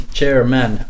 Chairman